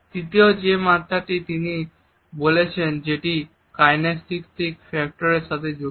তৃতীয় যে মাত্রাটি নিয়ে তিনি বলেছেন সেটি কাইনেস্থেটিক ফ্যাক্টর এর সাথে যুক্ত